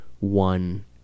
one